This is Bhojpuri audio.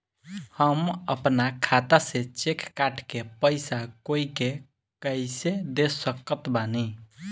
हम अपना खाता से चेक काट के पैसा कोई के कैसे दे सकत बानी?